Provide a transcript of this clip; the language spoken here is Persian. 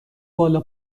بالا